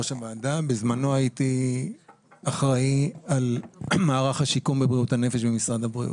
ובזמנו הייתי אחראי על מערך השיקום בבריאות הנפש במשרד הבריאות.